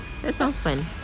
that sounds fun